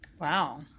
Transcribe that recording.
Wow